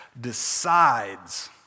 decides